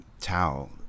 towel